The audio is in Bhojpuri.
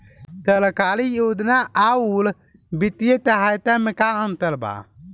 सरकारी योजना आउर वित्तीय सहायता के में का अंतर बा?